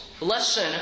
lesson